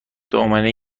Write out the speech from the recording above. دامنه